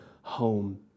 home